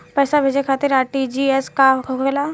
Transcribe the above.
पैसा भेजे खातिर आर.टी.जी.एस का होखेला?